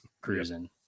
cruising